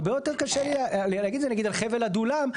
הרבה יותר קשה לי להגיד על חבל עדולם,